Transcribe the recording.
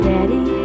Daddy